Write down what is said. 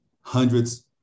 hundreds